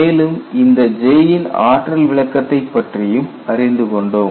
மேலும் இந்த வகுப்பில் J ன் ஆற்றல் விளக்கத்தை பற்றியும் அறிந்து கொண்டோம்